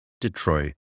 Detroit